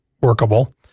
workable